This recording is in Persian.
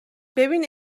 ببین